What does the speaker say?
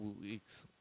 week's